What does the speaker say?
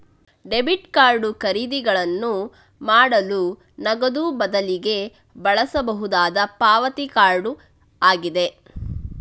debit card ಖರೀದಿಗಳನ್ನು ಮಾಡಲು ನಗದು ಬದಲಿಗೆ ಬಳಸಬಹುದಾದ ಪಾವತಿ ಕಾರ್ಡ್ ಆಗಿದೆ